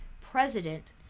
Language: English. president